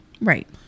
Right